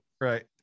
Right